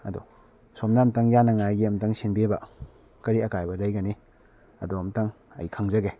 ꯑꯗꯣ ꯑꯁꯣꯝꯅ ꯑꯃꯨꯛꯇꯪ ꯌꯥꯅꯕꯒꯤ ꯑꯃꯨꯛꯇꯪ ꯁꯦꯝꯕꯤꯕ ꯀꯔꯤ ꯑꯀꯥꯏꯕ ꯂꯩꯒꯅꯤ ꯑꯗꯨ ꯑꯃꯨꯛꯇꯪ ꯑꯩ ꯈꯪꯖꯒꯦ